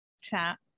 chat